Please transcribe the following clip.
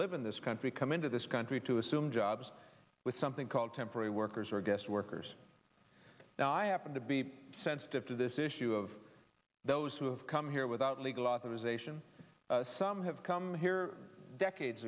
live in this country come into this country to assume jobs with something called temporary workers or guest workers now i happen to be sensitive to this issue of those who have come here without legal authorization some have come here decades